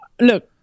look